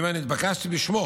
נתבקשתי בשמו